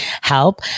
Help